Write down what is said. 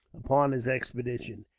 upon his expedition.